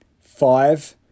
Five